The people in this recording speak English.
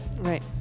right